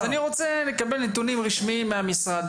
אני רוצה לקבל נתונים רשמיים מהמשרד.